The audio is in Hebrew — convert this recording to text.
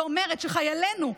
ואומרת שחיילינו,